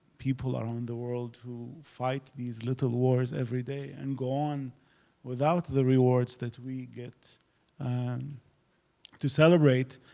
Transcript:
people around the world who fight these little wars every day and go on without the rewards that we get and to celebrate.